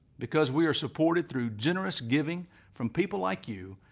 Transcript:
because we are supported through generous giving from people like you,